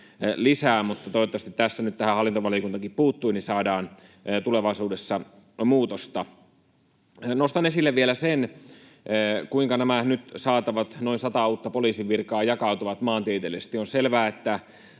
toivottavasti nyt tähän hallintovaliokuntakin puuttuu, niin saadaan tulevaisuudessa muutosta. Nostan esille vielä sen, kuinka nämä nyt saatavat noin sata uutta poliisin virkaa jakautuvat maantieteellisesti. On selvää, että